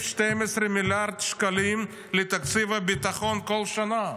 12 מיליארד שקלים לתקציב הביטחון בכל שנה.